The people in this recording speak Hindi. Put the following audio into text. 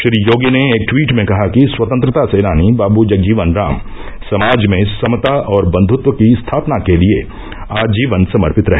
श्री योगी ने एक ट्वीट में कहा कि स्वतंत्रता सेनानी बाबू जगजीवन राम समाज में समता और बंधत्व की स्थापना के लिये आजीवन समर्पित रहे